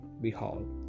Behold